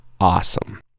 awesome